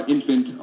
Infant